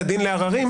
לערערים,